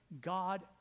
God